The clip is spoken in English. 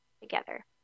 together